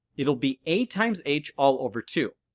it would be a times h all over two,